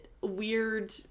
weird